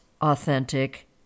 authentic